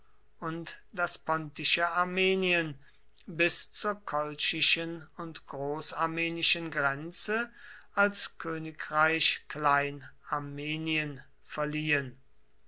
und das pontische armenien bis zur kolchischen und großarmenischen grenze als königreich klein armenien verliehen